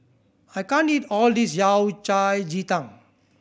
I can't eat all this Yao Cai ji tang